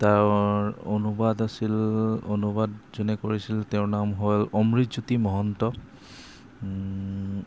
তাৰ অনুবাদ আছিল অনুবাদ যোনে কৰিছিল তেওঁৰ নাম হ'ল অমৃতজ্যোতি মহন্ত